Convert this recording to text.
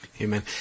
Amen